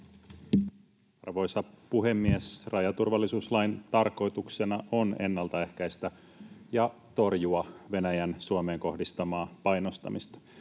Arvoisa puhemies! Rajaturvallisuuslain tarkoituksena on ennaltaehkäistä ja torjua Venäjän Suomeen kohdistamaa painostamista.